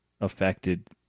affected